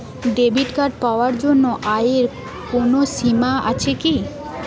Debit card পাওয়ার জন্য আয়ের কোনো সীমা আছে কি?